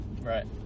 right